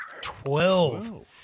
Twelve